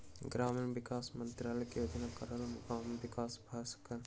ग्रामीण विकास मंत्रालय के योजनाक कारणेँ गामक विकास भ सकल